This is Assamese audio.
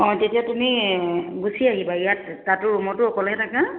অঁ তেতিয়া তুমি গুচি আহিবা ইয়াত তাতো ৰুমতো অকলেই থাকা